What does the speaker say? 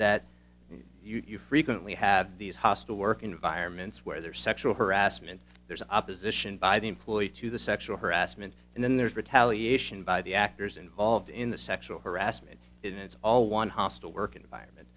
that you frequently have these hostile work environments where there sexual harassment there is opposition by the employee to the sexual harassment and then there's retaliation by the actors involved in the sexual harassment it's all one hostile work environment